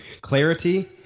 clarity